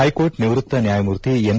high court ನಿವೃತ್ತ ನ್ಕಾಯಮೂರ್ತಿ N